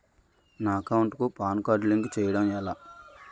నా అకౌంట్ కు PAN card link చేయడం ఎలా?